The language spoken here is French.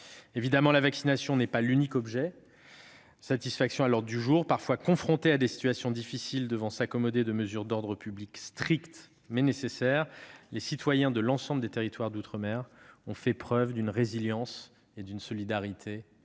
Évidemment, la vaccination n'est pas l'unique sujet à l'ordre du jour. Parfois confrontés à des situations difficiles, devant s'accommoder de mesures d'ordre public strictes mais nécessaires, les citoyens de l'ensemble des territoires d'outre-mer ont fait preuve d'une résilience et d'une solidarité